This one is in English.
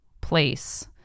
place